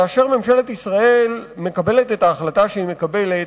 כאשר ממשלת ישראל מקבלת את ההחלטה שהיא מקבלת,